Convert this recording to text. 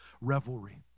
revelry